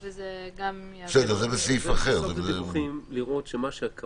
כאן הסעיף הוא יור רחב כי הוא מדבר על מצב שבו